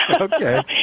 Okay